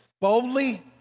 boldly